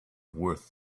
worth